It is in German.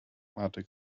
mahnte